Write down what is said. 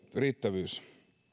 riittävyys